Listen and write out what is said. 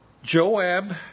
Joab